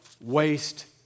waste